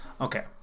Okay